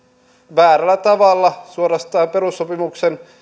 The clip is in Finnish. väärällä tavalla suorastaan perussopimuksen